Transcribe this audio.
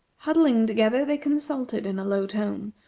huddling together, they consulted in a low tone,